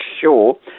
sure